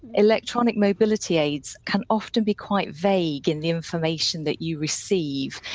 electronic mobility aids can often be quite vague in the information that you receive.